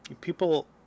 people